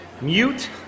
Mute